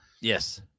Yes